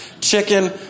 Chicken